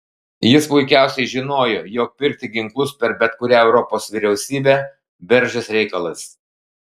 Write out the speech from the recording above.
jis puikiausiai žinojo jog pirkti ginklus per bet kurią europos vyriausybę bergždžias reikalas